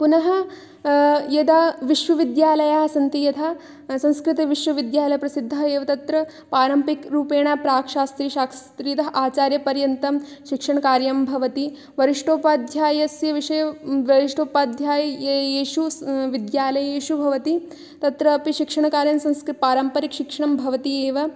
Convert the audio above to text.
पुनः यदा विश्वविद्यालयाः सन्ति यथा संस्कृतविश्वविद्यालयः प्रसिद्धः एव तत्र पारम्पिकरूपेण प्राक्शास्त्री शास्त्रीतः आचार्यपर्यन्तं शिक्षणकार्यं भवति वरिष्ठोपाध्यायस्य विषये वरिष्ठोपाध्यायी ये येषु विद्यालयेषु भवति तत्रापि शिक्षणकार्यं संस्क् पारम्परिकशिक्षणं भवति एव